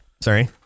Sorry